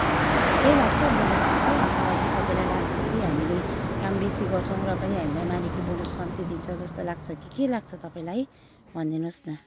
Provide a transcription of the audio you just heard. ठिकै लाग्छ बोनस दिएको अथवा के तपाईँलाई लाग्छ कि हामीले काम बेसी गर्छौँ र पनि हामीलाई मालिकले बोनस कम्ती दिन्छ जस्तो लाग्छ कि के लाग्छ तपाईँलाई भनिदिनु होस् न